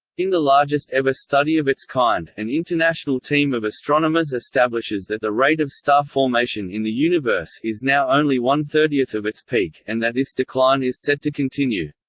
in the largest ever study of its kind, an international team of astronomers establishes that the rate of star formation in the universe is now only one thirtieth of its peak, and that this decline is set to continue.